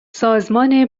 سازمان